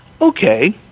Okay